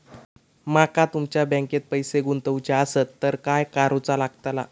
माका तुमच्या बँकेत पैसे गुंतवूचे आसत तर काय कारुचा लगतला?